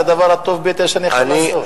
זה הדבר הטוב ביותר שאני יכול לעשות.